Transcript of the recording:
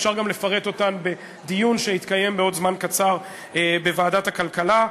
אפשר גם לפרט אותן בדיון שיתקיים בעוד זמן קצר בוועדת הכלכלה.